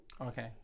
Okay